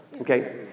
Okay